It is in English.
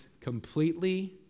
completely